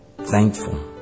Thankful